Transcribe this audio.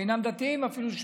אינם דתיים אפילו,